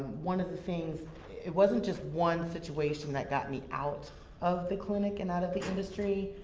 one of the things it wasn't just one situation that got me out of the clinic and out of the industry,